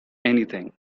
anything